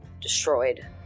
destroyed